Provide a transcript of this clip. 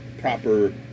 proper